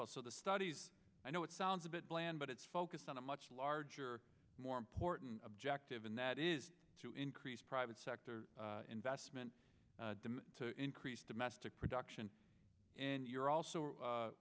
well so the studies i know it sounds a bit bland but it's focused on a much larger more important objective and that is to increase private sector investment to increase domestic production and you're also